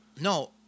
no